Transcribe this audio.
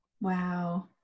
Wow